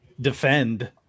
defend